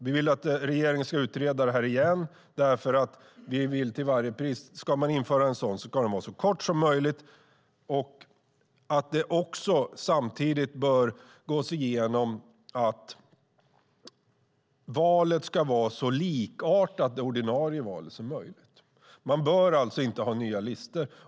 Vi vill att regeringen ska utreda detta igen, för vi vill till varje pris att en frist ska vara så kort som möjligt om man ska införa en sådan. Samtidigt bör man gå igenom det hela och se till att valet och det ordinarie valet är så likartade som möjligt. Man bör alltså inte ha nya listor.